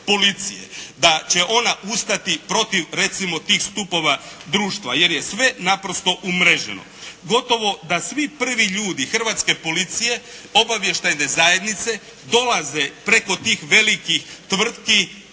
da će ona ustati protiv recimo tih stupova društva jer je sve naprosto umreženo. Gotovo da svi prvi ljudi hrvatske policije, obavještajne zajednice dolaze preko tih velikih tvrtki